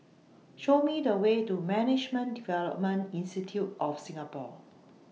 Show Me The Way to Management Development Institute of Singapore